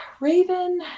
Raven